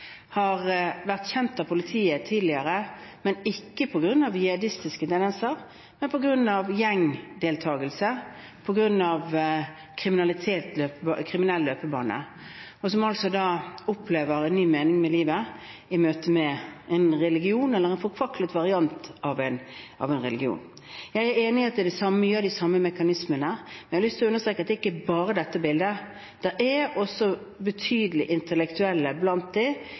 har vært kjent av politiet tidligere – ikke på grunn av jihadistiske tendenser, men på grunn av gjengdeltakelse, på grunn av en kriminell løpebane. De opplever da en ny mening med livet i møte med en religion, eller en forkvaklet variant av en religion. Jeg er enig i at det er mange av de samme mekanismene, men jeg har lyst til å understreke at det ikke bare er dette bildet; det er også et betydelig antall intellektuelle blant